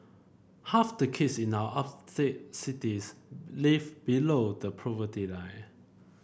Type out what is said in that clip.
half the kids in our upstate cities live below the poverty line